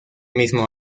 mismo